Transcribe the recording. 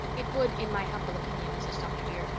it would, in my humble opinion, mrs. dr. dear,